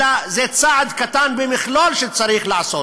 אלא זה צעד קטן במכלול שצריך לעשות.